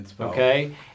Okay